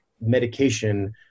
medication